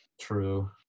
True